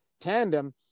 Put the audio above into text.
tandem